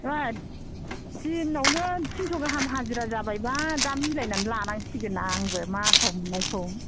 नङा दिनावनो टिनस' गाहाम हाजिरा जाबायबा दा मिलायनानै लानांसिगोनना आंबो मासाव मोननायखौ